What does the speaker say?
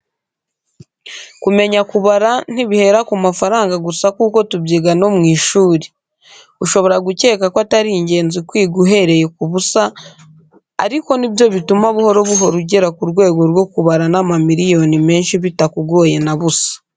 Kumenya kubara ntibihera ku mafaranga gusa kuko tubyiga no mu ishuri. Ushobora gukeka ko atari ingenzi kwiga uhereye ku busa, ariko ni byo bituma buhoro buhoro ugera ku rwego rwo kubara n'amamiliyoni menshi bitakugoye na busa.